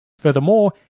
Furthermore